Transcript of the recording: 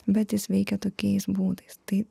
bet jis veikia tokiais būdais tai